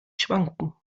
schwanken